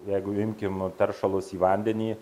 jeigu imkim teršalus į vandenį